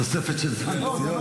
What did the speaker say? תוספת של זמן פציעות?